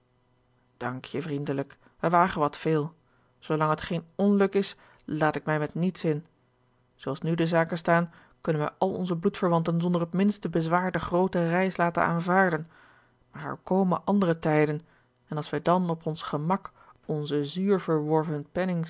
dank je vriendelijk wij wagen wat veel zoo lang het geen onluk is laat ik mij met niets in zoo als nu de zaken staan kunnen wij al onze bloedverwanten zonder het minste bezwaar de groote reis laten aanvaarden maar er komen andere tijden en als wij dan op ons gemak onze zuur verworven